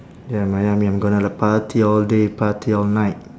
ya miami I'm gonna like party all day party all night